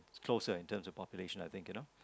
it's closer in terms of population I think you know